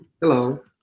hello